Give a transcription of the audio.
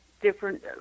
different